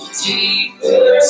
deeper